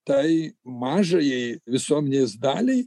tai mažajai visuomenės daliai